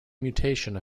mutation